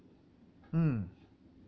mm